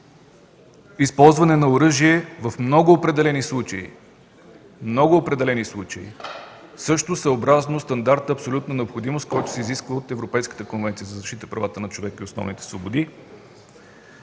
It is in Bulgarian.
Използване на оръжие в много определени случаи – също съобразно стандарт, абсолютна необходимост, който се изисква от Европейската конвенция за защита правата на човека и основните свободи.